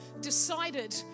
decided